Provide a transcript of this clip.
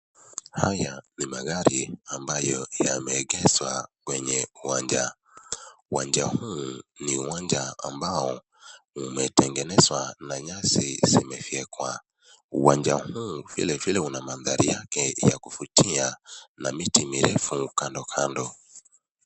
Haya ni magari ambayo yameegezwa kwenye uwanja, uwanja huu ni uwanja ambao umetengenezwa na nyasi zimefyekwa. Uwanja huu vile vile una mandhari ya kuvutia na miti mirefu kando kando.